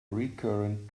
recurrent